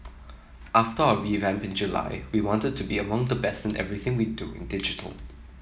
after our revamp in July we wanted to be among the best in everything we do in digital